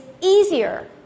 easier